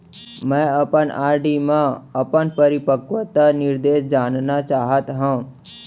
मै अपन आर.डी मा अपन परिपक्वता निर्देश जानना चाहात हव